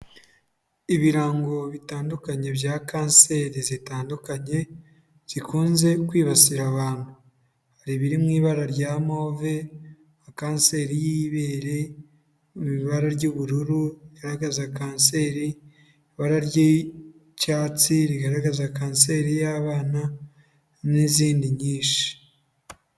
Ibirango bitandukanye bya kanseri zitandukanye zikunze kwibasira abantu, hari ibiri mu ibara rya move nka kanseri y'ibere mu ibara ry'ubururu rigaragaza kanseri, ibara ry'icyatsi rigaragaza kanseri y'abana n'izindi nyinshi.